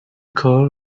cole